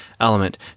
element